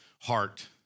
heart